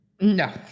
No